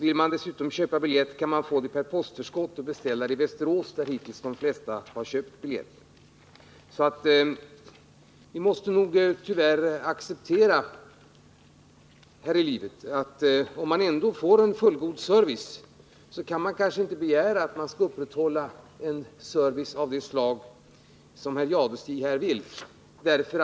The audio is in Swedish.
Vill man dessutom köpa biljetter kan man göra detta genom att beställa i Västerås, där de flesta hittills har köpt sina biljetter, och sedan få dem sig tillsända per postförskott. Tyvärr är det nog så här i livet att man måste acceptera att man inte alltid kan kräva en service av det slag som herr Jadestig efterlyser om man nu ändå på annat sätt kan få fullgod service.